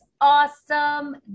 awesome